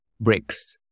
bricks